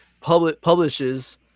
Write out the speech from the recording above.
publishes